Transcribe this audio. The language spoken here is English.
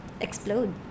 explode